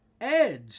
Edge